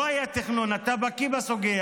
לא היה תכנון, ואתה בקיא בסוגיה,